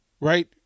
right